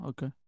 Okay